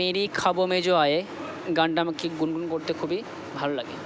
Mary খাঁবো মে যো আয়ে গানটা আমাকে গুনগুন করতে খুবই ভালো লাগে